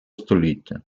століття